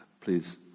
please